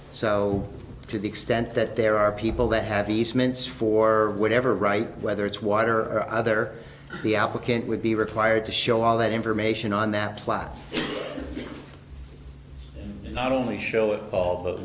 so to the extent that there are people that have east ments for whatever right whether it's water or other the applicant would be required to show all that information on that plot not only show it all but